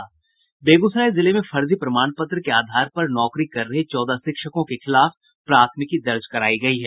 बेगूसराय जिले में फर्जी प्रमाण पत्र के आधार पर नौकरी कर रहे चौदह शिक्षकों के खिलाफ प्राथमिकी दर्ज करायी गयी है